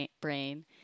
brain